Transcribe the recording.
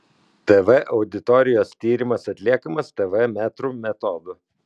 tv auditorijos tyrimas atliekamas tv metrų metodu